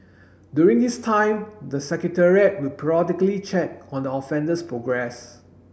during this time the Secretariat will periodically check on the offender's progress